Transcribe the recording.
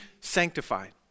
sanctified